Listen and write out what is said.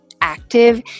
active